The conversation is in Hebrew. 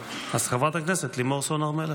חברת הכנסת לימור סון הר מלך,